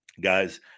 guys